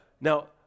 now